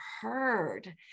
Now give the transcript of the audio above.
heard